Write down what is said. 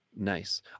Nice